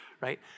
right